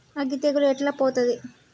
అగ్గి తెగులు ఎట్లా పోతది?